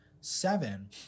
seven